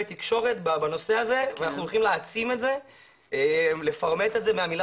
תקשורת על מנת להעצים ולפרמט את הנושא